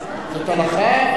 זאת הלכה.